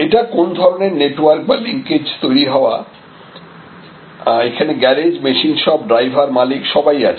এটা কোন ধরনের নেটওয়ার্ক বা লিংকেজ তৈরি হওয়া এখানে গ্যারেজ মেশিন শপ ড্রাইভার মালিক সবাই আছে